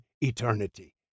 eternity